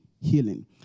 healing